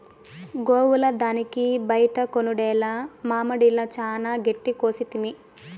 గోవుల దానికి బైట కొనుడేల మామడిల చానా గెడ్డి కోసితిమి